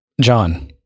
John